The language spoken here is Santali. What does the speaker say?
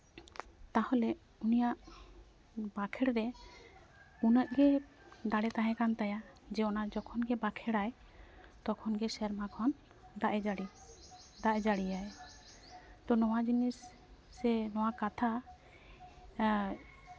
ᱛᱟᱦᱚᱞᱮ ᱩᱱᱤᱭᱟᱜ ᱵᱟᱠᱷᱮᱲ ᱨᱮ ᱩᱱᱟᱹᱜ ᱜᱮ ᱫᱟᱲᱮ ᱛᱟᱦᱮᱸ ᱠᱟᱱ ᱛᱟᱭᱟ ᱡᱮ ᱚᱱᱟ ᱡᱚᱠᱷᱚᱱ ᱜᱮ ᱵᱟᱠᱷᱮᱲᱟᱭ ᱛᱚᱠᱷᱚᱱ ᱜᱮ ᱥᱮᱨᱢᱟ ᱠᱷᱚᱱ ᱫᱟᱜ ᱮ ᱡᱟᱹᱲᱤ ᱫᱟᱜ ᱮ ᱡᱟᱹᱲᱤᱭᱟᱭ ᱛᱚ ᱱᱚᱣᱟ ᱡᱤᱱᱤᱥ ᱥᱮ ᱱᱚᱣᱟ ᱠᱟᱛᱷᱟ ᱟᱨ